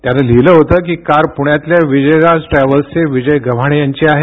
त्यानं लिहिलं होतं ही कार पुण्यातल्या विजयराज ट्रॅव्हल्सचे विजय गव्हाणे यांची आहे